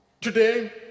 today